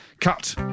Cut